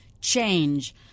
Change